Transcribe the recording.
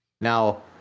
Now